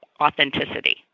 authenticity